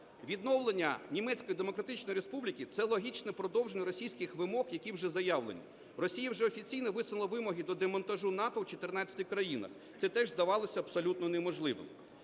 Відновлення Німецької Демократичної Республіки – це логічне продовження російських вимог, які вже заявлені. Росія вже офіційно висунула вимоги до демонтажу НАТО в 14 країнах, це теж здавалося абсолютно неможливим.